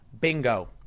Bingo